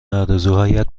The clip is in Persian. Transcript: آرزوهایت